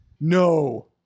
No